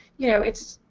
you know, it's